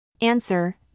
Answer